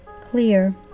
clear